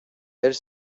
elle